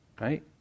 right